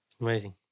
Amazing